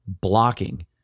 blocking